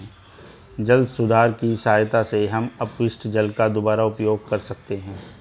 जल सुधार की सहायता से हम अपशिष्ट जल का दुबारा उपयोग कर सकते हैं